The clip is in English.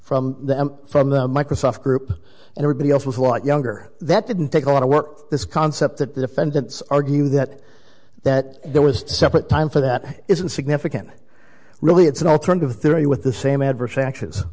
from them from the microsoft group and everybody else was a lot younger that didn't take a lot of work this concept that the defendants argue that that there was a separate time for that isn't significant really it's an alternative theory with the same adverse reactions